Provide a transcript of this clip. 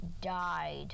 died